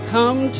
Come